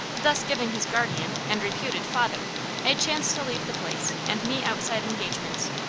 thus giving his guardian and reputed father a chance to leave the place and meet outside engagements.